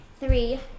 Three